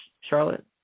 Charlotte